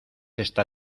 esta